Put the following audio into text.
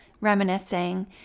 reminiscing